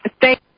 Thank